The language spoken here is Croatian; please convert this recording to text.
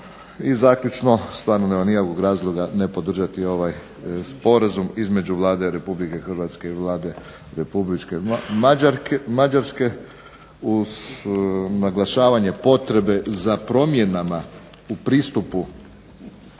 I zaključno, stvarno nema nikakvog razloga ne podržati ovaj sporazum između Vlade Republike Hrvatske i Vlade Republike Mađarske, uz naglašavanje potrebe za promjenama u pristupu